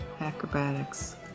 Acrobatics